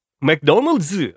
McDonald's